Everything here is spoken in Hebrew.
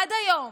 עד היום,